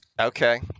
Okay